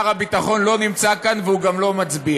שר הביטחון לא נמצא כאן והוא גם לא מצביע,